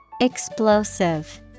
Explosive